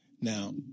Now